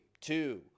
two